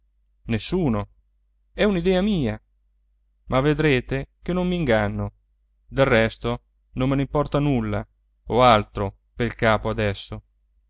nessuno è un'idea mia ma vedrete che non m'inganno del resto non me ne importa nulla ho altro pel capo adesso